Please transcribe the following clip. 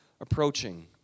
approaching